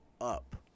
up